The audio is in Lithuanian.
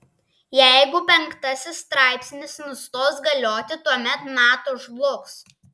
jeigu penktasis straipsnis nustos galioti tuomet nato žlugs